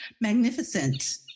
magnificent